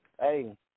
hey